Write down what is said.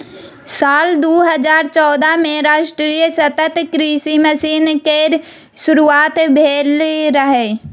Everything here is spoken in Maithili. साल दू हजार चौदह मे राष्ट्रीय सतत कृषि मिशन केर शुरुआत भेल रहै